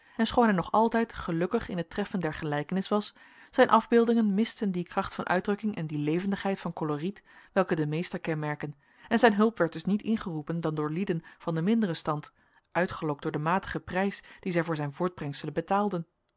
en schoon hij nog altijd gelukkig in het treffen der gelijkenis was zijn afbeeldingen misten die kracht van uitdrukking en die levendigheid van coloriet welke den meester kenmerken en zijn hulp werd dus niet ingeroepen dan door lieden van den minderen stand uitgelokt door den matigen prijs dien zij voor zijn voortbrengselen betaalden